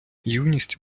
юність